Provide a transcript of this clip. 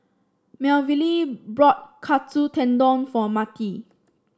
Melville bought Katsu Tendon for Mattie